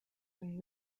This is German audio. dem